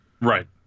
Right